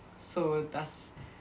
so